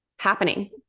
happening